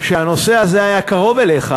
כשהנושא הזה היה קרוב אליך,